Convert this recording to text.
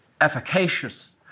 efficacious